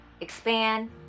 expand